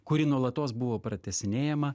kuri nuolatos buvo pratęsinėjama